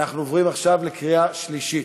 אנחנו עוברים עכשיו לקריאה שלישית.